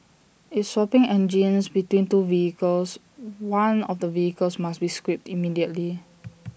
if swapping engines between two vehicles one of the vehicles must be scrapped immediately